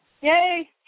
Yay